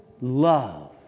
love